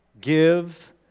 Give